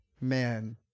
man